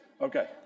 Okay